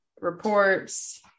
reports